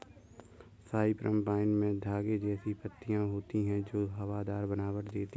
Cyprus vine में धागे जैसी पत्तियां होती हैं जो हवादार बनावट देती हैं